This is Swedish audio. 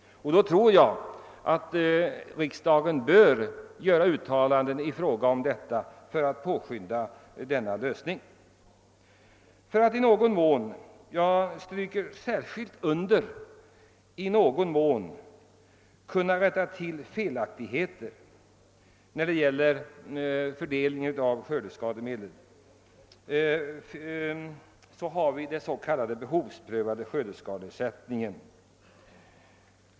Riksdagen bör enligt mitt förmenande göra ett uttalande för att påskynda en lösning. För att i någon mån — jag stryker särskilt under orden i någon mån — kunna rätta till felaktigheterna när det gäller fördelning av skördeskademedel finns den s.k. behovsprövade skörde skadeersättningen.